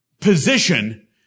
position